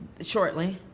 Shortly